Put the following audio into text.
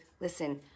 Listen